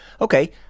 Okay